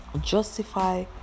justify